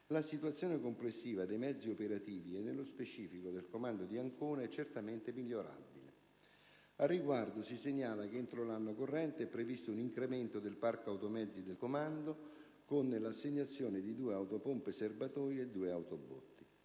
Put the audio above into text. la situazione complessiva dei mezzi operativi e, nello specifico, del comando di Ancona è certamente migliorabile. Al riguardo, si segnala che entro l'anno corrente è previsto un incremento del parco automezzi del Comando con l'assegnazione di due autopompe serbatoio e due autobotti.